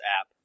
app